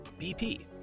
BP